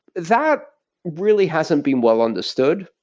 that really hasn't been well-understood,